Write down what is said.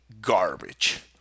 garbage